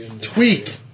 Tweak